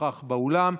נוכח באולם.